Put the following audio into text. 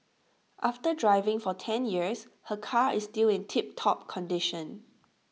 after driving for ten years her car is still in tiptop condition